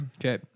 Okay